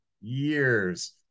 years